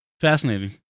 Fascinating